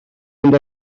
mynd